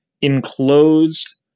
enclosed